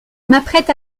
m’apprête